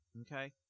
okay